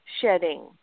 shedding